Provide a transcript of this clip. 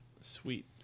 Sweet